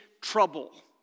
trouble